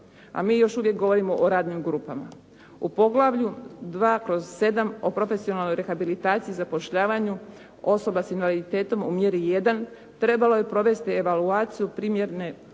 a mi još uvijek govorimo o radnim grupama. U poglavlju 2/7 o profesionalnoj rehabilitaciji i zapošljavanju osoba s invaliditetom u mjeri 1. trebalo je provesti evaluaciju primjerne postojeće